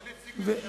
אין נציג הממשלה.